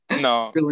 No